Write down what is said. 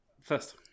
first